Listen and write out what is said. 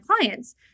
clients